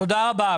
תודה רבה.